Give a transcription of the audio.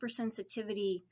hypersensitivity